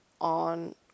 on